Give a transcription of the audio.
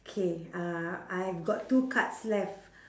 K uh I got two cards left